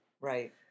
Right